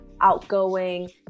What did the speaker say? outgoing